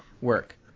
work